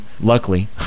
luckily